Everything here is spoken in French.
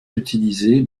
utilisés